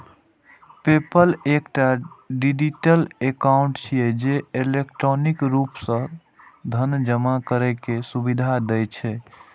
PayPal एकटा digital account छियै, जे इलेक्ट्रॉनिक रूप सं धन जमा करै के सुविधा दै छै